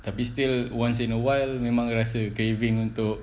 tapi still once in a while memang rasa craving untuk